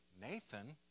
Nathan